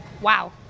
wow